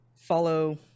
follow